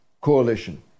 coalition